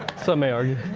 some may argue.